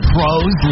Pros